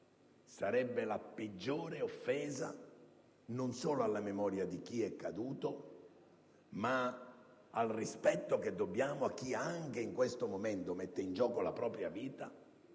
sarebbe la peggiore offesa non solo alla memoria di chi è caduto, ma anche al rispetto che dobbiamo a chi, anche in questo momento, mette in gioco la propria vita